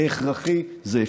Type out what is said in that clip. זה הכרחי, זה אפשרי.